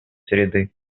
среды